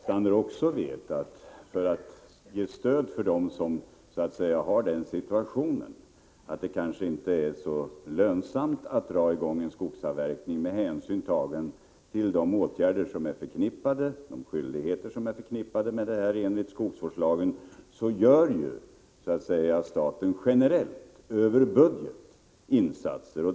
Fru talman! För att ge stöd åt dem som har en sådan situation att det på grund av de skyldigheter som föreligger enligt skogsvårdslagen kanske inte är så lönsamt att dra i gång en skogsavverkning, gör staten generellt, som Paul Lestander också känner till, över budgeten insatser.